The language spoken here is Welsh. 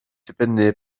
dibynnu